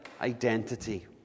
identity